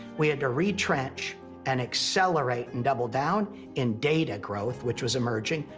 we had to retrench and accelerate and double down in data growth, which was emerging.